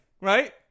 right